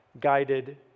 guided